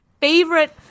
favorite